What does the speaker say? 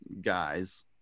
guys